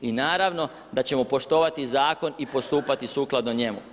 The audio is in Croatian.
I naravno da ćemo poštovati zakon i postupati sukladno njemu.